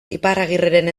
iparragirreren